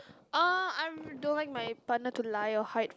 oh I'm don't want my partner to lie or hide